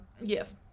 Yes